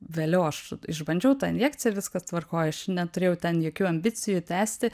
vėliau aš išbandžiau tą injekciją viskas tvarkoj aš neturėjau ten jokių ambicijų tęsti